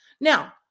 Now